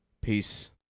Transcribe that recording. Peace